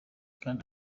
kanda